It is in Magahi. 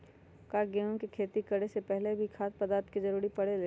का गेहूं के खेती करे से पहले भी खाद्य पदार्थ के जरूरी परे ले?